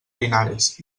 linares